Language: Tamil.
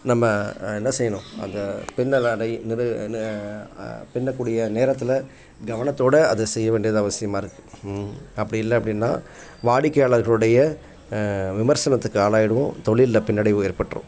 நம்ம என்ன செய்யணும் அந்த பின்னலாடை நிறு பின்னக்கூடிய நேரத்தில் கவனத்தோட அதை செய்ய வேண்டியது அவசியமாக இருக்குது அப்படி இல்லை அப்படின்னா வாடிக்கையாளர்களுடைய விமர்சனத்துக்கு ஆளாயிடுவோம் தொழில்ல பின்னடைவு ஏற்பட்டுரும்